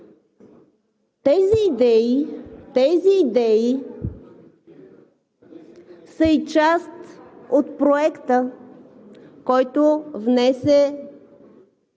Тези идеи са и част от проекта, който внесе